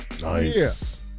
Nice